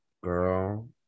Girl